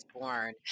born